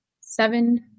Seven